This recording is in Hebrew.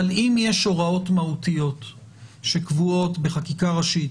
אבל אם יש הוראות מהותיות שקבועות בחקיקה ראשית,